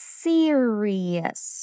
serious